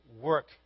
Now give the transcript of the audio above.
work